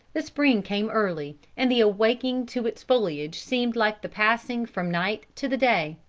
the spring came early, and the awaking to its foliage seemed like the passing from night to the day.